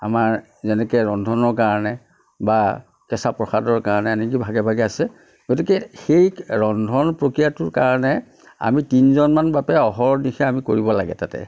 আমাৰ যেনেকৈ ৰন্ধনৰ কাৰণে বা কেঁচা প্ৰসাদৰ কাৰণে এনেকে ভাগে ভাগে আছে গতিকে সেই ৰন্ধন প্ৰক্ৰিয়াটোৰ কাৰণে আমি তিনিজনমান বাপে অহৰ্নিশে আমি কৰিব লাগে তাতে